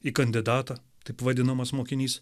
į kandidatą taip vadinamas mokinys